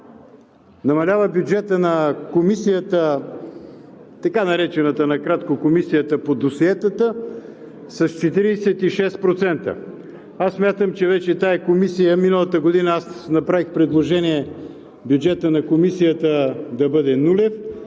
намалява бюджета на така наречената накратко – Комисия по досиетата, с 46 %. Аз смятам, че вече тази комисия… Миналата година аз направих предложение бюджетът на Комисията да бъде нулев,